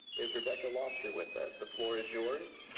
is rebecca lauster with us? the floor is yours.